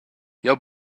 jeu